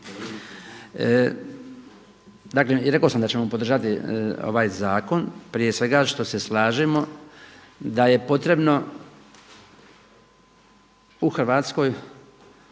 Dakle i rekao sam da ćemo podržati ovaj zakon prije svega što se slažemo da je potrebno u Hrvatskoj